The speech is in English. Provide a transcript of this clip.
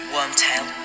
Wormtail